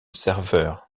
serveur